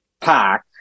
Pack